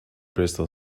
bristol